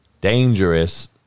dangerous